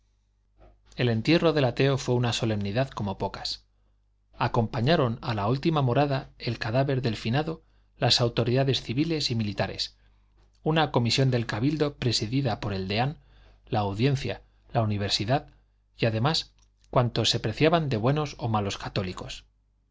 el entierro del ateo fue una solemnidad como pocas acompañaron a la última morada el cadáver del finado las autoridades civiles y militares una comisión del cabildo presidida por el deán la audiencia la universidad y además cuantos se preciaban de buenos o malos católicos